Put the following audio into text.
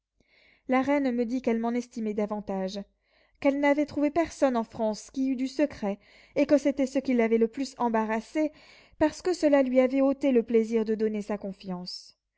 la reine me dit qu'elle m'en estimait davantage qu'elle n'avait trouvé personne en france qui eût du secret et que c'était ce qui l'avait le plus embarrassée parce que cela lui avait ôté le plaisir de donner sa confiance